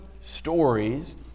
stories